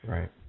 Right